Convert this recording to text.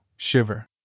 Shiver